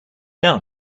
now